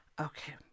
Okay